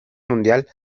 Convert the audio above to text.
mundial